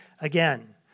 again